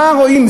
מה רואים?